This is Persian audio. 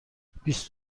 بیست